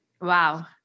Wow